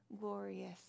glorious